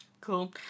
Cool